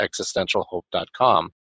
existentialhope.com